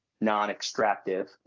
non-extractive